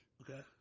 Okay